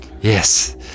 Yes